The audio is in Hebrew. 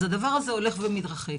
אז הדבר הזה הולך ומתרחק.